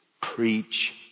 preach